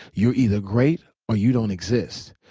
you're either great or you don't exist.